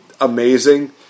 amazing